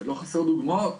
ולא חסר דוגמאות,